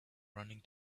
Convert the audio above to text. running